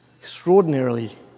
extraordinarily